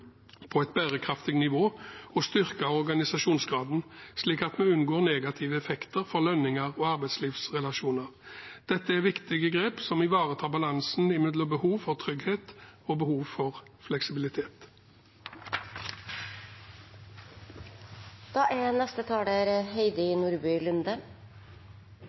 på et bærekraftig nivå og å styrke organisasjonsgraden, slik at vi unngår negative effekter for lønninger og arbeidslivsrelasjoner. Dette er viktige grep som ivaretar balansen mellom behov for trygghet og behovet for